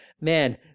man